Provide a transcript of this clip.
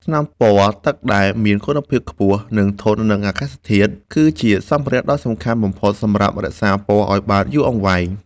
ថ្នាំពណ៌ទឹកដែលមានគុណភាពខ្ពស់ និងធន់នឹងអាកាសធាតុ គឺជាសម្ភារៈដ៏សំខាន់បំផុតសម្រាប់រក្សាពណ៌ឱ្យបានយូរអង្វែង។